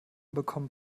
bekommen